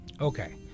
Okay